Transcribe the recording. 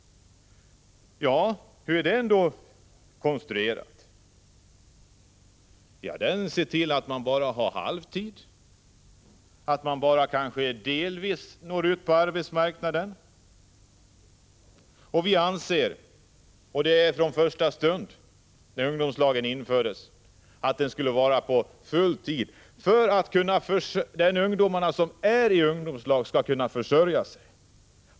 Ja, hur är den då konstruerad? Den ser till att man bara har halvtid, att man kanske bara delvis når ut på arbetsmarknaden. Vi ansåg från första stund, när ungdomslagen infördes, att den skulle avse full tid för att ungdomarna i ungdomslag skulle kunna försörja sig.